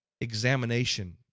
examination